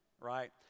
Right